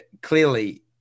clearly